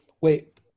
Wait